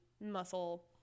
muscle